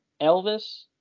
Elvis